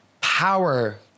power